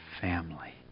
family